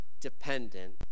dependent